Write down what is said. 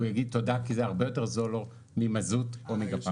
הוא יגיד תודה כי זה הרבה יותר זול ממזות או ---.